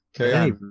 okay